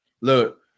Look